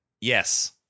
Yes